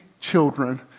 children